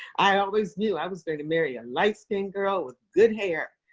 i always knew i was going to marry a light skinned girl with good hair.